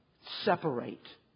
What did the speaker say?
separate